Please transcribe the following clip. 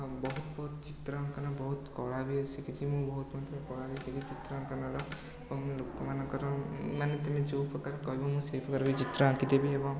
ହଁ ବହୁତ ବହୁତ ଚିତ୍ର ଅଙ୍କନ ବହୁତ କଳା ବି ଶିଖିଛି ମୁଁ ବହୁତ ମାତ୍ରାରେ କଳା ବି ଶିଖିଛି ଚିତ୍ରଆଙ୍କନର ଏବଂ ଲୋକମାନଙ୍କର ମାନେ ତୁମେ ଯେଉଁପ୍ରକାର କହିବ ମୁଁ ସେଇପ୍ରକାର ବି ଚିତ୍ର ଆଙ୍କିଦେବି ଏବଂ